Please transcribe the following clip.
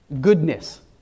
goodness